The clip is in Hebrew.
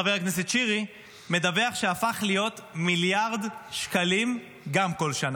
חבר הכנסת שירי מדווח שהפך להיות מיליארד שקלים גם כל שנה.